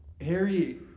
Harry